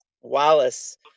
Wallace